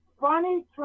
funny